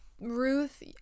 Ruth